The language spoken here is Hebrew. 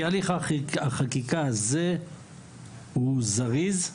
הליך החקיקה הזה הוא זריז,